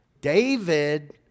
David